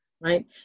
right